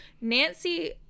Nancy